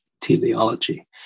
teleology